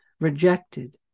rejected